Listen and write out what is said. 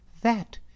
That